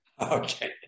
Okay